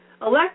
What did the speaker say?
elect